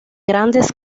grandes